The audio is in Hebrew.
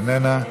איננה,